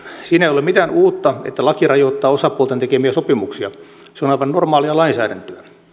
siinä ei ole mitään uutta että laki rajoittaa osapuolten tekemiä sopimuksia se aivan normaalia lainsäädäntöä